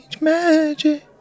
Magic